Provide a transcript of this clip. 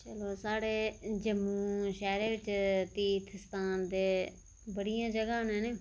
साढ़े जम्मू शैह्रे बिच तीर्थ स्थान ते बड़ियें जगहां न हैनी